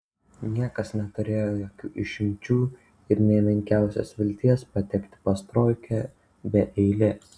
niekas neturėjo jokių išimčių ir nė menkiausios vilties patekti pas troikę be eilės